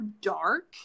dark